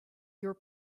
your